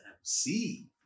MC